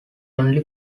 only